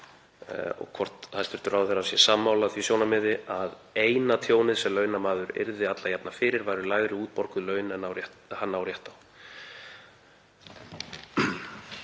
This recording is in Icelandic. hvort hæstv. ráðherra sé sammála því sjónarmiði að eina tjónið sem launamaður yrði alla jafna fyrir væru lægri útborguð laun en hann á rétt á.